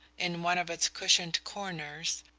in one of its cushioned corners,